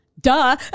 Duh